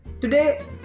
Today